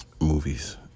movies